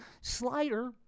slider